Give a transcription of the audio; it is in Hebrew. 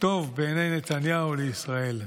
טוב בעיני נתניהו לישראל.